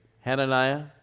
Hananiah